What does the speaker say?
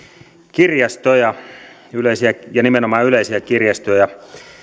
kirjastoja ja nimenomaan yleisiä kirjastoja